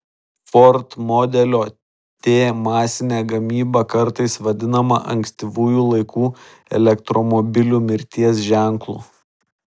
ford modelio t masinė gamyba kartais vadinama ankstyvųjų laikų elektromobilių mirties ženklu